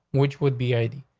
which would be i d.